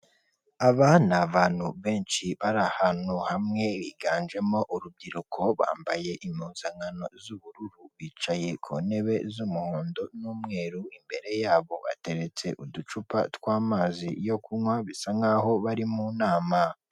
Aba ni abantu benshi bari ahantu hamwe, biganjemo urubyiruko bambaye impuzankano z'ubururu, bicaye ku ntebe z'umuhondo n'umweru, imbere yabo hateretse uducupa tw'amazi yo kunywa, bisa nk'aho bari mu nama.